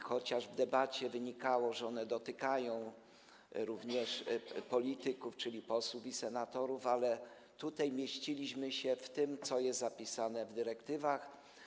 Chociaż z debaty wynikało, że one dotykają również polityków, czyli posłów i senatorów, ale tutaj mieściliśmy się w tym, co jest zapisane w dyrektywach.